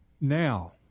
Now